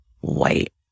white